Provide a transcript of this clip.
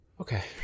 Okay